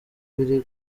biri